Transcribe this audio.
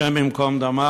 השם ייקום דמה,